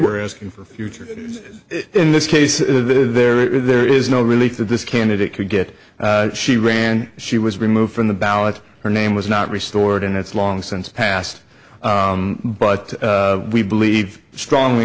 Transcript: we're asking for a future in this case there is there is no relief that this candidate could get she ran she was removed from the ballot her name was not restored and it's long since passed but we believe strongly